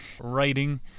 writing